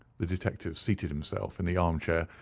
the detective seated himself in the arm-chair,